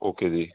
okay ਜੀ